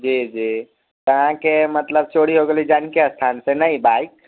जी जी अहाँके मतलब चोरी होगेलै जानकीस्थान से नहि बाइक